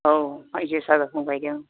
औ माइ जोसा रोखोम गायदों